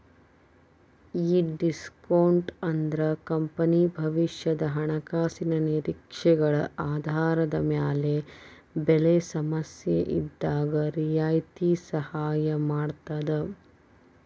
ಈ ಡಿಸ್ಕೋನ್ಟ್ ಅಂದ್ರ ಕಂಪನಿ ಭವಿಷ್ಯದ ಹಣಕಾಸಿನ ನಿರೇಕ್ಷೆಗಳ ಆಧಾರದ ಮ್ಯಾಗ ಬೆಲೆ ಸಮಸ್ಯೆಇದ್ದಾಗ್ ರಿಯಾಯಿತಿ ಸಹಾಯ ಮಾಡ್ತದ